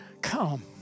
Come